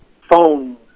phone